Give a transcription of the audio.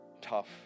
tough